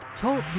Talk